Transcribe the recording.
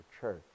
Church